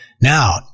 Now